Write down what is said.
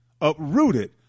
uprooted